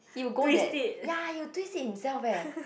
he'll go that ya he will twist it himself eh